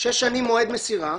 שש שנים מועד מסירה,